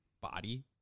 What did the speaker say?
body